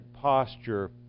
posture